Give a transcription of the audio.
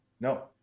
no